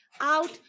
out